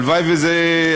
הלוואי שזה,